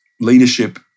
leadership